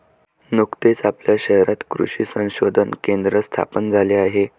नुकतेच आपल्या शहरात कृषी संशोधन केंद्र स्थापन झाले आहे